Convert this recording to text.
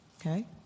Okay